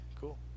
cool